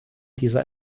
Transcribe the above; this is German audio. dieser